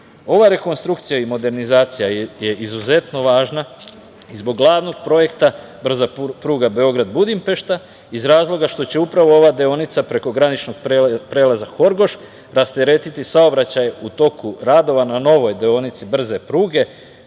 rekonstrukcija i modernizacija je izuzetno važna i zbog glavnog projekta brza pruga Beograd – Budimpešta, iz razloga što će upravo ova deonica prekograničnog prelaza Horgoš rasteretiti saobraćaj u toku radova na novoj deonici brze pruge,